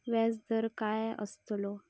व्याज दर काय आस्तलो?